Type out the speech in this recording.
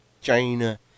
China